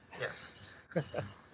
Yes